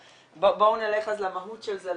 בואו נלך למהות של זה,